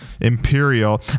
Imperial